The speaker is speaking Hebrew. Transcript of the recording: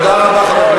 תתבייש לך.